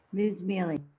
ms. miele? and